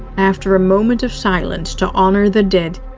after a moment of silence to honor the dead,